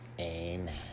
amen